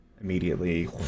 immediately